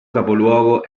capoluogo